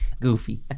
Goofy